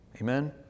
Amen